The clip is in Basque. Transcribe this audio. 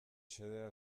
xedea